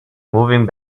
moving